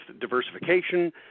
diversification